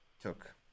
took